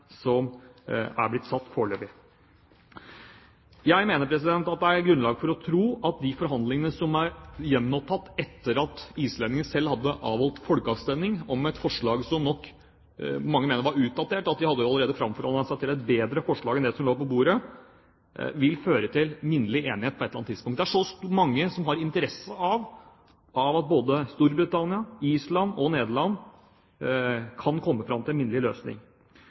som er blitt satt, foreløpig. Jeg mener det er grunnlag for å tro at de forhandlingene som er gjenopptatt etter at islendingene selv hadde avholdt folkeavstemning om et forslag som nok mange mener var utdatert – de hadde jo allerede framforhandlet seg til et bedre forslag enn det som lå på bordet – vil føre til minnelig enighet på et eller annet tidspunkt. Det er så mange som har interesse av at både Storbritannia, Island og Nederland kan komme fram til en minnelig løsning.